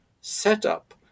setup